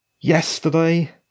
Yesterday